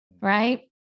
right